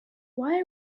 why